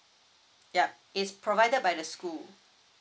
ya it's provided by the school